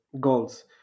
goals